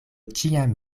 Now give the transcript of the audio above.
ĉiam